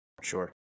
Sure